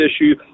issue